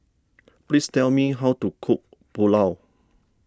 please tell me how to cook Pulao